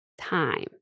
time